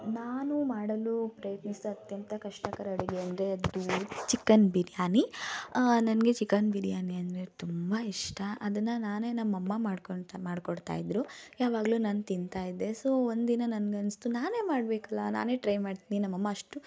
ನಾನು ಮಾಡಲು ಪ್ರಯತ್ನಿಸಿದ ಅತ್ಯಂತ ಕಷ್ಟಕರ ಅಡುಗೆ ಅಂದರೆ ಅದೂ ಚಿಕನ್ ಬಿರಿಯಾನಿ ನನಗೆ ಚಿಕನ್ ಬಿರಿಯಾನಿ ಅಂದರೆ ತುಂಬ ಇಷ್ಟ ಅದನ್ನು ನಾನೇ ನಮ್ಮಮ್ಮ ಮಾಡ್ಕೊಳ್ತಾ ಮಾಡ್ಕೊಡ್ತಾ ಇದ್ದರು ಯಾವಾಗ್ಲೂ ನಾನು ತಿಂತಾಯಿದ್ದೆ ಸೊ ಒಂದಿನ ನನ್ಗೆ ಅನ್ನಿಸ್ತು ನಾನೇ ಮಾಡಬೇಕಲ್ಲ ನಾನೇ ಟ್ರೈ ಮಾಡ್ತೀನಿ ನಮ್ಮಮ್ಮ ಅಷ್ಟು